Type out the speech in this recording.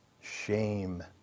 shame